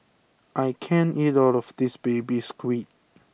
I can't eat all of this Baby Squid